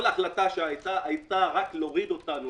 כל החלטה שנתקבלה נועדה רק להוריד אותנו,